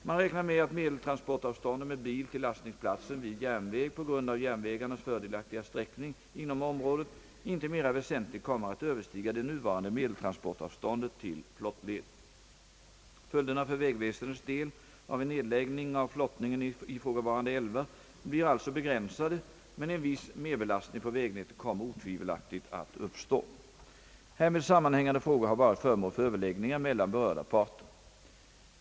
Man räknar med att medeltransportavståndet med bil till lastningsplatsen vid järnväg, på grund av järnvägarnas fördelaktiga sträckning inom området, inte mera väsentligt kommer att överstiga det nuvarande me deltransportavståndet till flottled. Följderna för vägväsendets del av en nedläggning av flottningen i ifrågavarande älvar blir alltså begränsade men en viss merbelastning på vägnätet kommer otvivelaktigt att uppstå. Härmed sammanhängande frågor har varit föremål för överläggningar mellan berörda parter.